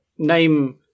Name